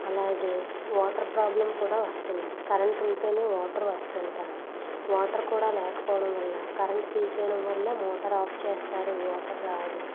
అలాగే water problem కూడా వస్తుంది కరెంటు ఉంటేనే వాటర్ వస్తుంటుంది వాటర్ కూడా లేకపోవడం వల్ల కరెంటు తీసేయడం వల్ల మోటర్ ఆఫ్ చేస్తారు వాటర్ రాదు